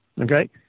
Okay